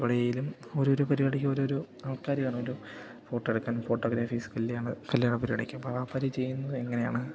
കോളേജിലും ഓരോരോ പരിപാടിക്ക് ഓരോരോ ആൾക്കാർ കാണുമല്ലോ ഫോട്ടോ എടുക്കാനും ഫോട്ടോഗ്രാഫി സ്കില്ല് കണ്ട് കല്യാണപരിപാടിക്കും ഇപ്പം അവർ ചെയ്യുന്നതെങ്ങനെയാണ്